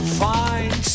find